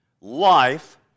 Life